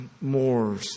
more